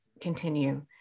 continue